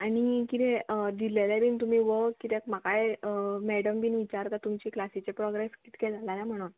आनी किदें दिल्लेले बीन तुमी व किद्याक म्हाकाय मॅडम बीन विचारता तुमचे क्लासीचे प्रोग्रेस कितके जाला ना म्हणून